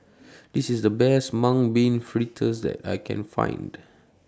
This IS The Best Mung Bean Fritters that I Can Find